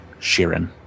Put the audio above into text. Sheeran